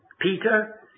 Peter